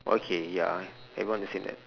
okay ya everyone the same then